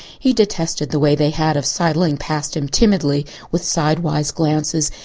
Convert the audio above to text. he detested the way they had of sidling past him timidly, with sidewise glances,